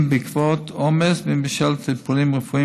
אם בעקבות עומס ואם בשל טיפולים רפואיים